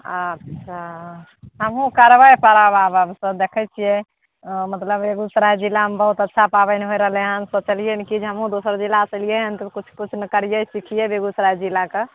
अच्छा हमहुँ करबै परब आब अबसँ देखैत छियै मतलब बेगूसराय जिलामे बहुत अच्छा पाबनि होइ रहलै हन सोचलिअनि कि जे हमहुँ दोसर जिला से एलियै हन तऽ किछु किछु ने करियै सिखियै बेगूसराय जिला कऽ